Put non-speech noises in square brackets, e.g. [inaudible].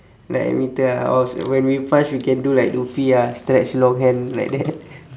like emitter ah or when we can punch we can do like luffy ah stretch long hand like that [laughs]